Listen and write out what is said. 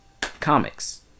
comics